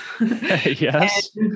Yes